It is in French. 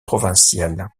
provinciale